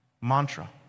mantra